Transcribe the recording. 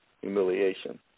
humiliation